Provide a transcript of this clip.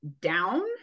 down